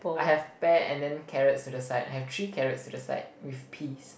I have pear and then carrots to the side I have three carrots to the side with peas